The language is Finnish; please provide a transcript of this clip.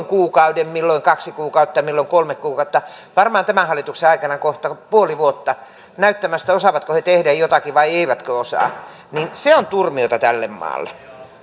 kuukauden milloin kaksi kuukautta milloin kolme kuukautta varmaan tämän hallituksen aikana kohta puoli vuotta osaavatko he tehdä jotakin vai eivätkö osaa se on turmiota tälle maalle